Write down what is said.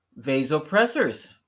Vasopressors